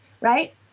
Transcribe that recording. right